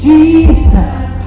Jesus